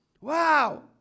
Wow